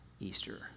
Easter